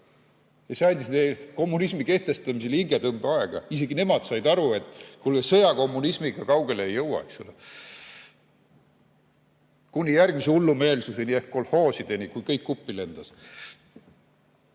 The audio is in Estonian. andis neile kommunismi kehtestamisel hingetõmbeaega, isegi nemad said aru, et sõjakommunismiga kaugele ei jõua, eks ole. Kuni järgmise hullumeelsuseni ehk kolhoosideni, kui kõik uppi